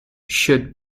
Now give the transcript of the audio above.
should